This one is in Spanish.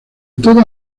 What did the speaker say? toda